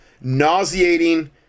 nauseating